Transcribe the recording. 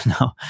No